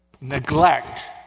neglect